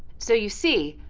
so you see,